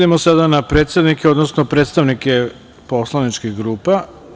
Idemo sada na predsednike, odnosno predstavnike poslaničkih grupa.